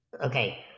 okay